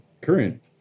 current